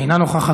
אינה נוכחת.